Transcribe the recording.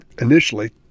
initially